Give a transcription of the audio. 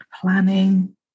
planning